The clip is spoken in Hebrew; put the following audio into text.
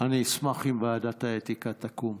אני אשמח אם ועדת האתיקה תקום.